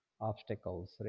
obstacles